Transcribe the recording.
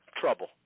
trouble